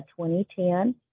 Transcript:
2010